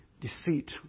Deceit